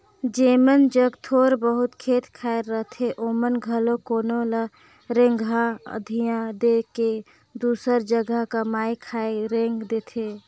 जेमन जग थोर बहुत खेत खाएर रहथे ओमन घलो कोनो ल रेगहा अधिया दे के दूसर जगहा कमाए खाए रेंग देथे